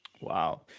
Wow